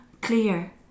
clear